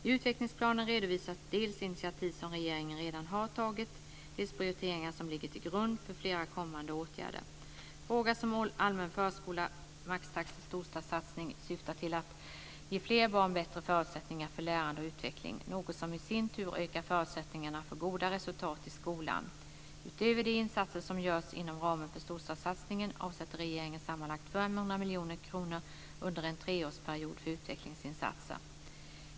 I utvecklingsplanen redovisas dels initiativ som regeringen redan har tagit, dels prioriteringar som ligger till grund för flera kommande åtgärder. Frågor som allmän förskola, maxtaxa och storstadssatsningen syftar alla till att ge fler barn bättre förutsättningar för lärande och utveckling. Det är något som i sin tur ökar förutsättningarna för goda resultat i skolan. Utöver de insatser som görs inom ramen för storstadssatsningen avsätter regeringen sammanlagt 500 miljoner kronor under en treårsperiod för utvecklingsinsatser.